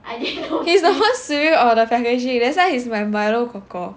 he's the first swimmer of the packaging that's why he's my milo kor kor